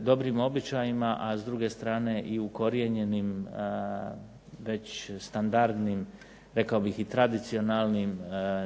dobrim običajima a s druge strane i ukorijenjenim, već standardnim, rekao bih i tradicionalnim